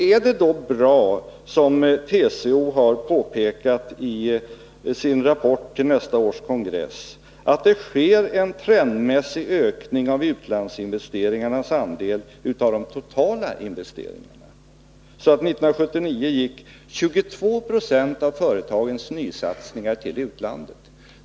Är det då bra att, som TCO påpekat i sin rapport till nästa års kongress, det sker en trendmässig ökning av utlandsinvesteringarnas andel av de totala investeringarna? 1979 gick 22 Yo av företagens nysatsningar till utlandet.